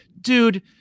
dude